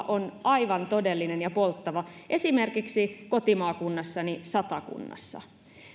on aivan todellinen ja polttava esimerkiksi kotimaakunnassani satakunnassa